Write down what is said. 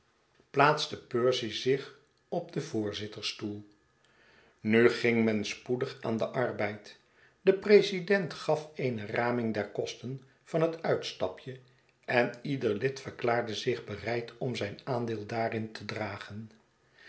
plaatste percy zich op den voorzittersstoel nu ging men spoedig aan den arbeid de president gaf eene raming der kosten van het uitstapje en ieder lid verklaarde zich bereid om zijn aandeel daarin te dragen